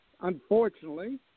Unfortunately